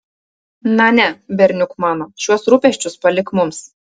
na ne berniuk mano šiuos rūpesčius palik mums